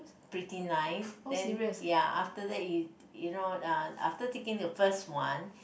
pretty nice then ya after that you you know uh after taking the first one